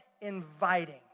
inviting